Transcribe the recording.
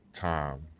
time